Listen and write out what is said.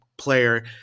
Player